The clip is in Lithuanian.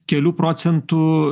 kelių procentų